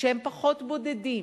שהם פחות בודדים.